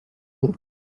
ruck